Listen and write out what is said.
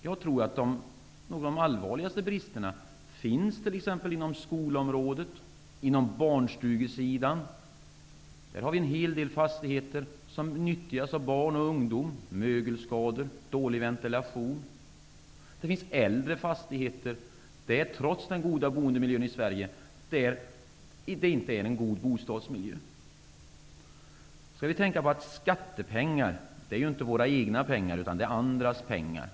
Jag tror att några av de allvarligaste bristerna finns t.ex. inom skolområdet och på barnstugesidan. Där finns det en hel del fastigheter med mögelskador och dålig ventilation som nyttjas av barn och ungdom. Det finns äldre fastigheter som, trots den goda boendemiljön i Sverige, inte utgör någon god bostadsmiljö. Vi skall tänka på att skattepengar inte är våra egna pengar utan andras.